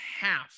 half